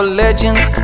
legends